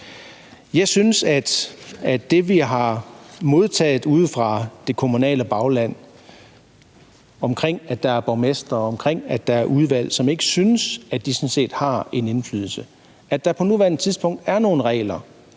Jeg synes, at det, vi har modtaget ude fra det kommunale bagland, viser, at der er borgmestre og udvalg, der ikke synes, de sådan set har en indflydelse. Der er på nuværende tidspunkt nogle regler